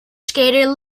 skater